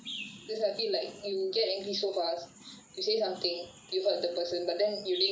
because I feel like you get angry so fast you say something you hurt the person but then you don't mean it